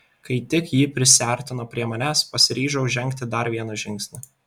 kai tik ji prisiartino prie manęs pasiryžau žengti dar vieną žingsnį